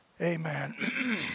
Amen